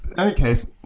any case,